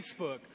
Facebook